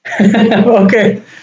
Okay